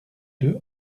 deux